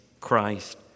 Christ